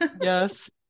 Yes